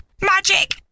Magic